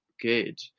good